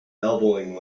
elbowing